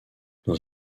dans